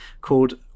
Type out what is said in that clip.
called